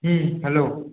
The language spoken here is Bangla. হুম হ্যালো